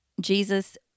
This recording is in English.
Jesus